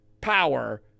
power